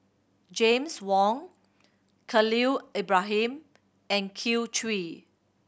James Wong Khalil Ibrahim and Kin Chui